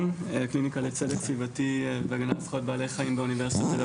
הקליניקה לצדק סביבתי והגנת זכויות בעלי חיים באוניברסיטת תל